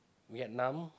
Vietnam